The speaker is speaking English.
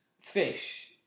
Fish